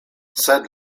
sed